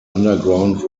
underground